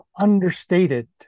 understated